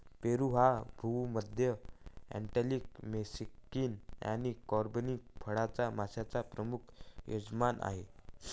पेरू हा भूमध्य, oriental, Mexican आणि कॅरिबियन फळांच्या माश्यांचा प्रमुख यजमान आहे